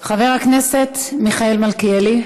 חבר הכנסת מיכאל מלכיאלי.